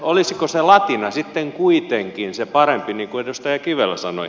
olisiko latina sitten kuitenkin parempi niin kuin edustaja kivelä sanoi